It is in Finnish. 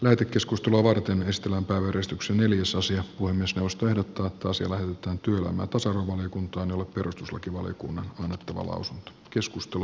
lähetekeskustelua varten myös tilan porrastuksen eli jos osia kuin myös mustonen ottivat toisilleen tai työhönotossa on huono kunto on ollut perustuslakivaliokunnan on kotimaista tuotantoa